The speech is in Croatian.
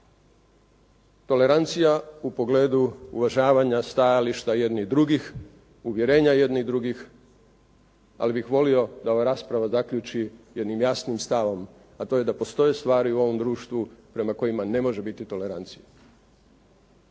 Tolerancija u pogledu uvažavanja stajališta jednih drugih, uvjerenja jednih drugih, ali bih volio da ova rasprava zaključi jednim jasnim stavom, a to je da postoje stvari u ovom društvu prema kojima ne može biti tolerancije.